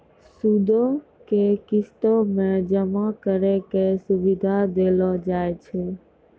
सूदो के किस्तो मे जमा करै के सुविधा देलो जाय छै